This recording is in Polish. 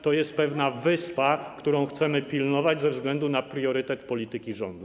To jest pewna wyspa, której chcemy pilnować ze względu na priorytet polityki rządu.